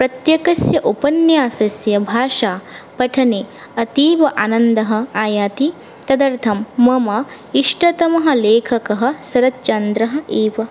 प्रत्येकस्य उपन्यासस्य भाषा पठने अतीव आनन्दः आयाति तदर्थं मम इष्टतमः लेखकः सरच्चन्द्रः एव